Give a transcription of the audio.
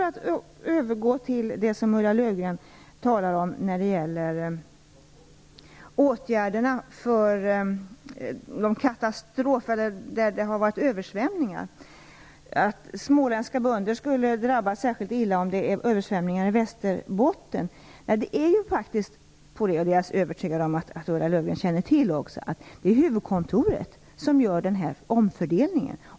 Jag övergår nu till det som Ulla Löfgren talade om, nämligen åtgärder för översvämningsdrabbade vägar. Småländska bönder skulle ha drabbats särskilt illa av att det har varit översvämningar i Västerbotten. Jag är alldeles övertygad om att Ulla Löfgren känner till att det är huvudkontoret som sköter omfördelningen.